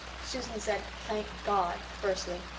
susan said thank god firstly,